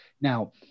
Now-